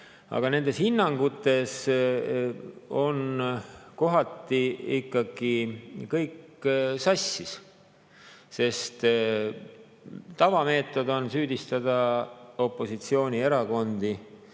Aga nendes hinnangutes on kohati kõik sassis. Tavameetod on süüdistada opositsioonierakondi,